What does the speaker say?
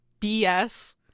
BS